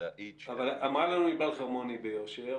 אמרה לנו ביושר